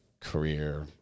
career